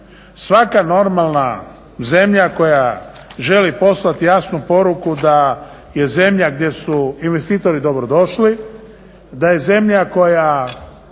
Svaka normalna zemlja koja želi poslati jasnu poruku da je zemlja gdje su investitori dobro došli, da je zemlja koja